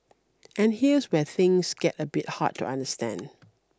and here's where things get a bit hard to understand